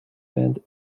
band